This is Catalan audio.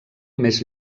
més